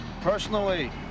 Personally